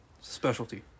Specialty